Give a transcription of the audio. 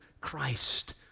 Christ